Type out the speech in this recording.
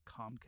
Comcast